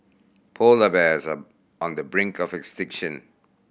polar bears are on the brink of extinction